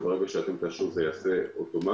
וברגע שאתם תאשרו אותו זה כבר ייעשה אוטומטית.